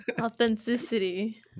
Authenticity